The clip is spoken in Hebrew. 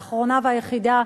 האחרונה והיחידה,